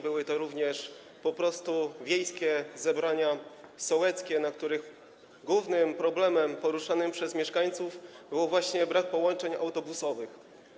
Były to również po prostu wiejskie zebrania sołeckie, na których głównym problemem poruszanym przez mieszkańców był właśnie brak połączeń autobusowych.